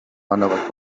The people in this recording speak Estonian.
annavad